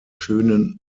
schönen